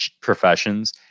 professions